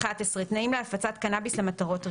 תנאים להפצת קנאביס11.